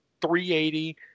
380